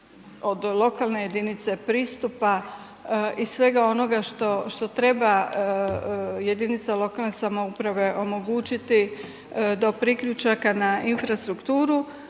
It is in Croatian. od lokalne jedinice pristupa i svega onoga što treba jedinica lokalne samouprave omogućiti do priključaka na infrastrukturu